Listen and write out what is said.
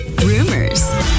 rumors